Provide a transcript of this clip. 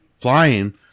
Flying